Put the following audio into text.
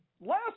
last